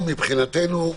מבחינתנו,